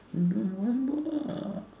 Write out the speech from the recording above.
no lah